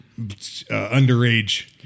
underage